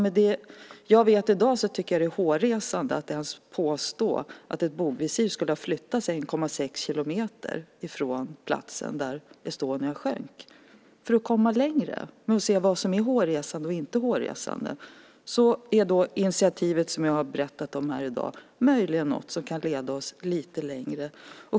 I dag tycker jag att det är hårresande att påstå att ett bogvisir skulle ha flyttats 1,6 kilometer från platsen där Estonia sjönk. För att komma längre och se vad som är hårresande och inte hårresande är initiativet som jag har berättat om här i dag möjligen något som kan leda oss lite längre.